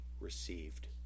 received